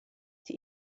die